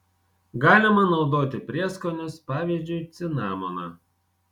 galima naudoti prieskonius pavyzdžiui cinamoną